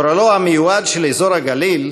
גורלו המיועד של אזור הגליל,